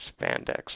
Spandex